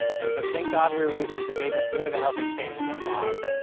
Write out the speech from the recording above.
and so thank god we released it the day before the health exchanges went live.